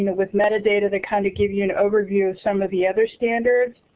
with metadata, they kind of give you an overview of some of the other standards.